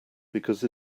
because